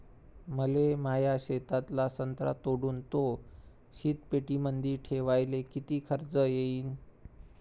मले माया शेतातला संत्रा तोडून तो शीतपेटीमंदी ठेवायले किती खर्च येईन?